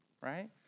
right